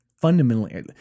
fundamentally –